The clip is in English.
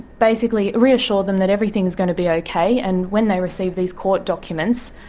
basically reassure them that everything is going to be okay. and when they receive these court documents,